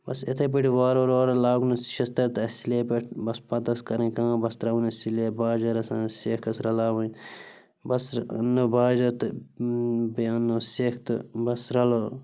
بَس اِتھَے پٲٹھۍ وارٕ وارٕ وارٕ وارٕ لاگنوو شِستٕر تہٕ اَسہِ سِلیب پٮ۪ٹھ بَس پَتہٕ ٲس کَرٕنۍ کٲم بَس ترٛاوٕنۍ ٲسۍ سِلیب باجِر ٲسۍ اَنٕنۍ سٮ۪کھ ٲس رَلاوٕنۍ بَس اَنٛنٲو باجِر تہٕ بیٚیہِ اَنٛنٲو سٮ۪کھ تہٕ بَس رَلٲو